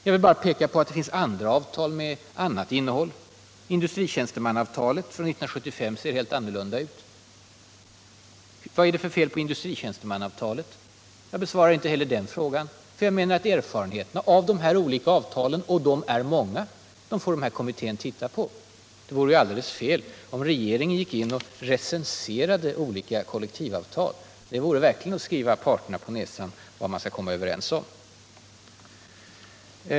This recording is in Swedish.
Jag vill bara peka på att det finns andra avtal med ett annat innehåll — industritjänstemannaavtalet från år 1975 ser helt annorlunda ut. Vad är det för fel på industritjänstemannaavtalet? Jag besvarar inte heller den frågan. Erfarenheterna av dessa olika avtal — och de är många —- är det kommitténs uppgift att titta på. Det vore alldeles fel om regeringen gick in och nu bedömde olika kollektivavtal. Det vore verkligen att skriva parterna på näsan vad de skall komma överens om.